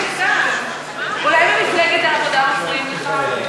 אולי ממפלגת העבודה מפריעים לך?